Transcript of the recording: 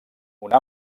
una